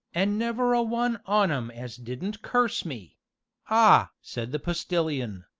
an' never a one on em as didn't curse me ah! said the postilion,